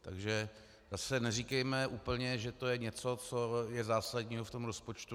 Takže zase neříkejme úplně, že to je něco, co je zásadního v tom rozpočtu.